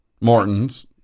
Morton's